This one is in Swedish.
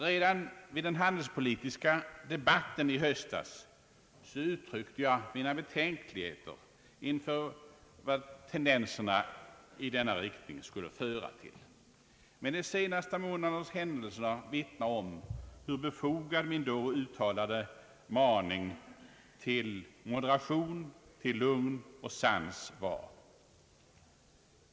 Redan i den handelspolitiska debatten i höstas uttryckte jag mina betänkligheter inför vad tendenserna i denna riktning skulle föra till. De senaste månadernas händelser vittnar om hur befogad min då uttalade maning till moderation, lugn och sans var.